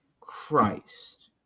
Christ